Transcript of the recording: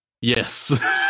Yes